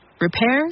Repairs